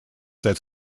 that